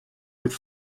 with